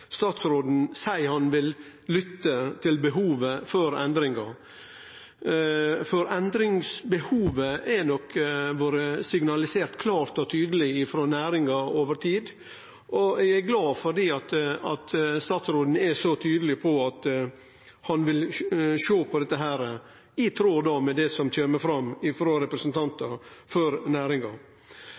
statsråden seier han vil lytte til behovet for endringar, for endringsbehovet er nok blitt signalisert klart og tydeleg frå næringa over tid. Og eg er glad fordi statsråden er så tydeleg på at han vil sjå på dette i tråd med det som kjem fram frå representantar for næringa.